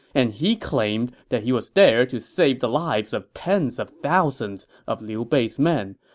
and he claimed that he was there to save the lives of tens of thousands of liu bei's men,